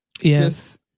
Yes